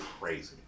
crazy